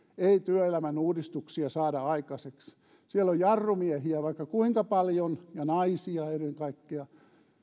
ei työelämän uudistuksia saada aikaiseksi siellä on jarrumiehiä vaikka kuinka paljon ja naisia ennen kaikkea